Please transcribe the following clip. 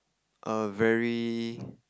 a very